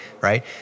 right